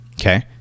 okay